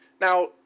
Now